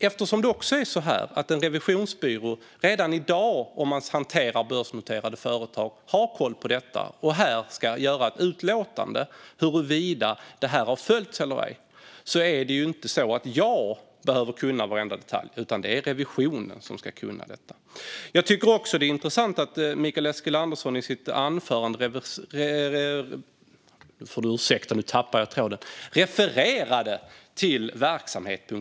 Eftersom en revisionsbyrå som redan i dag hanterar börsnoterade företag har koll på dessa frågor och det är den som ska avge ett utlåtande om standarden har följts eller ej behöver inte jag kunna varenda detalj, utan det är revisionen som ska kunna dem. Det är också intressant att Mikael Eskilandersson i sitt anförande refererade till verksamhet.se.